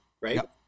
right